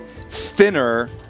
thinner